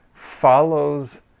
follows